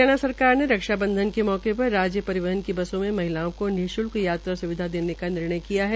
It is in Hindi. हरियाणा सरकार ने रक्षा बंधन के मौके पर राज्य परिवहन की बसों में महिलाओं को निश्ल्क यात्रा स्विधा देने का निर्णय किया है